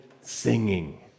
singing